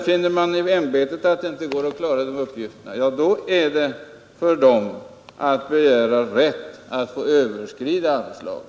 Finner sedan ämbetet att det inte är möjligt att klara uppgifterna får ämbetet begära rätt att överskrida anslaget.